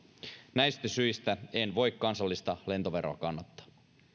näistä syistä en voi kansallista lentoveroa kannattaa